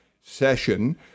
session